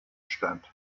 statt